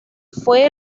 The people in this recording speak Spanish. fue